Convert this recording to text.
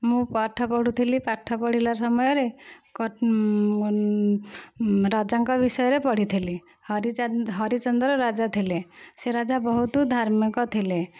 ମୁଁ ପାଠ ପଢ଼ୁଥିଲି ପାଠ ପଢ଼ିଲା ସମୟରେ ରାଜାଙ୍କ ବିଷୟରେ ପଢ଼ିଥିଲି ହରିଚନ୍ଦ୍ର ରାଜା ଥିଲେ ସେ ରାଜା ବହୁତ ଧାର୍ମିକ ଥିଲେ